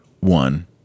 one